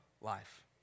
life